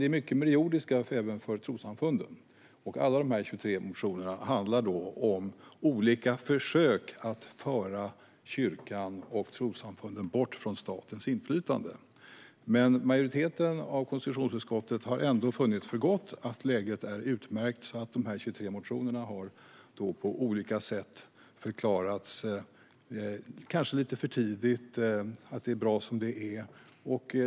Det är mycket med det jordiska även för trossamfunden. Alla de 23 motionsyrkandena handlar om olika försök att föra bort kyrkan och trossamfunden från statens inflytande. Men majoriteten i konstitutionsutskottet har ändå funnit att läget är utmärkt. De 23 motionsyrkandena har bemötts på olika sätt. Det har förklarats att det kanske är lite för tidigt och att det är bra som det är.